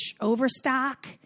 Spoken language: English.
overstock